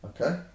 Okay